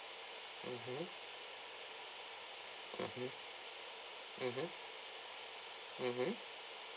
mmhmm mmhmm mmhmm mmhmm